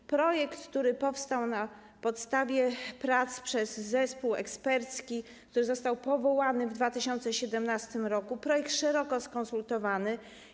To projekt, który powstał na podstawie prac sporządzonych przez zespół ekspercki, który został powołany w 2017 r., projekt szeroko skonsultowany.